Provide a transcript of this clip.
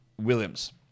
Williams